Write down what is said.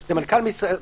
זו הכוונה שלנו.